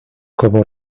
como